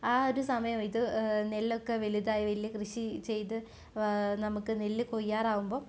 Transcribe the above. ആ ഒരു സമയം ഇത് നെല്ലൊക്കെ വലുതായി വലിയ കൃഷി ചെയ്ത് നമുക്ക് നെല്ല് കൊയ്യാറാകുമ്പം